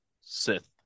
Sith